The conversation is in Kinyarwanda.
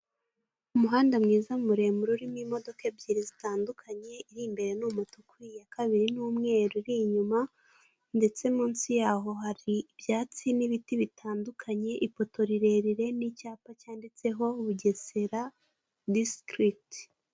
Umuhanda mwiza muremure urimo imodoka ebyiri zitandukanye iri imbere ni umutuku iya kabiri ni umweru iri inyuma, ndetse munsi yaho hari ibyatsi n'ibiti bitandukanye ipoto rirerire n'icyapa cyanditseho bugesera disitirikiti.